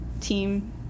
team